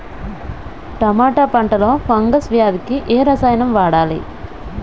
టమాటా పంట లో ఫంగల్ వ్యాధికి ఏ రసాయనం వాడాలి?